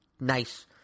nice